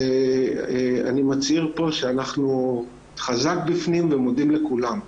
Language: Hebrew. ואני מצהיר פה שאנחנו חזק בפנים ומודים לכולם.